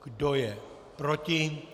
Kdo je proti?